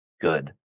good